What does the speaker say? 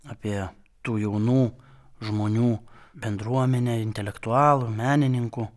apie tų jaunų žmonių bendruomenę intelektualų menininkų